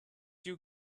you